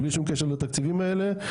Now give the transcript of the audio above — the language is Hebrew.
בלי שום קשר לתקציבים האלה,